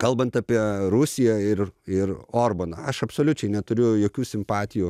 kalbant apie rusiją ir ir orbaną aš absoliučiai neturiu jokių simpatijų